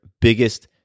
biggest